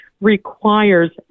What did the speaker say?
requires